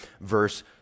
verse